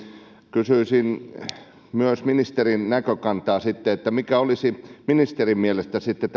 kysyisin myös ministerin näkökantaa sitten mikä olisi ministerin mielestä sitten